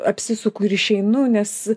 apsisuku ir išeinu nes